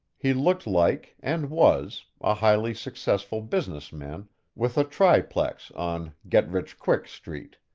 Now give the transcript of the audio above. he looked like and was a highly successful businessman with a triplex on get-rich-quick street,